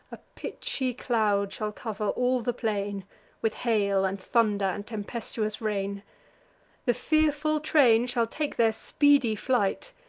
a pitchy cloud shall cover all the plain with hail, and thunder, and tempestuous rain the fearful train shall take their speedy flight,